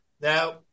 Now